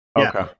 okay